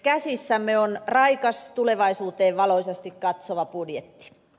käsissämme on raikas tulevaisuuteen valoisasti katsova budjetti